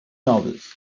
novels